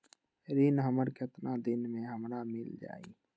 ऋण हमर केतना दिन मे हमरा मील जाई?